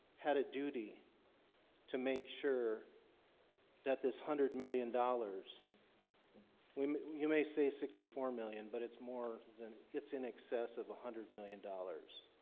had a duty to make sure that this hundred million dollars we you may say sixty four million, but it's more than it's in excess of a hundred million dollars